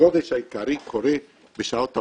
הגודש העיקרי קורה בשעות העומס.